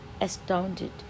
astounded